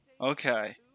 Okay